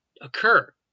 occur